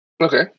Okay